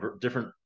different